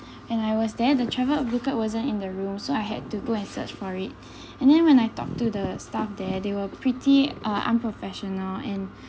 when I was there the travel booklet wasn't in the room so I had to go and search for it and then when I talk to the staff there they were pretty uh unprofessional and